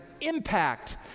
impact